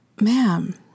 Ma'am